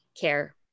care